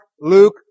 Luke